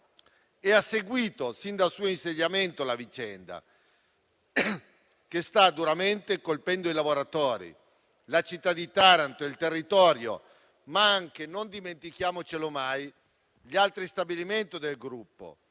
e hanno seguito, fin dall'insediamento la vicenda, che sta duramente colpendo i lavoratori, la città di Taranto, il territorio, ma anche - non dimentichiamocelo mai - gli altri stabilimenti del gruppo: